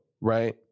right